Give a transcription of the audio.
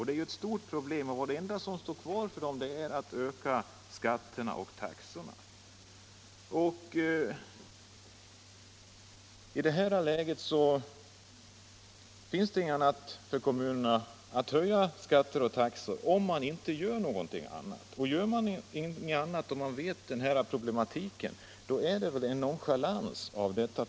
Det är ett stort problem, och den enda lösning som står kvar är att öka skatterna och taxorna. I det här läget finns det inget annat för kommunerna att göra än att höja skatter och taxor. Det är väl nonchalant att inte göra något åt detta problem, trots att man känner till det.